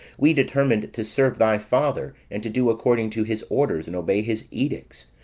we determined to serve thy father, and to do according to his orders, and obey his edicts